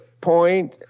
point